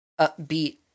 upbeat